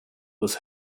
was